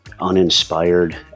uninspired